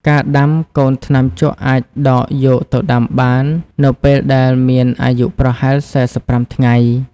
ការដាំ កូនថ្នាំជក់អាចដកយកទៅដាំបាននៅពេលដែលមានអាយុប្រហែល ៤៥ ថ្ងៃ។